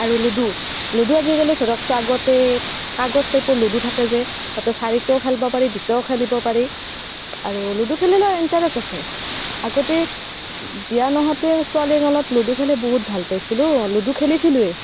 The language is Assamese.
আৰু লুডু লুডু আজিকালি ধৰকচোন আগতে কাগজ টাইপৰ লুডু থাকে যে তাতে চাৰিটাও খেলিব পাৰি দুটাও খেলিব পাৰি আৰু লুডু খেলিলেও ইণ্টাৰেষ্ট আছে আগতে বিয়া নহওঁতে ছোৱালীকালত লুডু খেলি বহুত ভাল পাইছিলোঁ লুডু খেলিছিলোঁৱেই